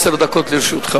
של